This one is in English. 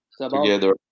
together